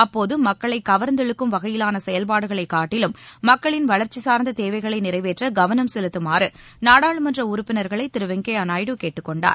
அப்போது மக்களை கவர்ந்திழுக்கும் வகையிலான செயல்பாடுகளை காட்டிலும் மக்களின் வளர்ச்சி சார்ந்த தேவைகளை நிறைவேற்ற கவனம் செலுத்துமாறு நாடாளுமன்ற உறுப்பினர்களை திரு வெங்கையா நாயுடு கேட்டுக்கொண்டார்